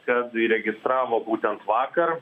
kad įregistravo būtent vakar